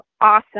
awesome